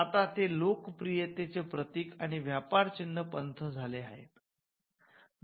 आता ते लोकप्रियतेचे प्रतिक आणि व्यापारचिन्ह पंथ झाले आहेत